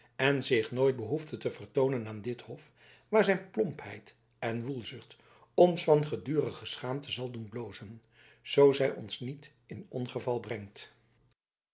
en zich nooit behoefde te vertoonen aan dit hof waar zijn plompheid en woelzucht ons van gedurige schaamte zal doen blozen zoo zij ons niet in ongeval brengt